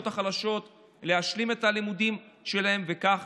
החלשות להשלים את הלימודים שלהם וכך